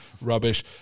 Rubbish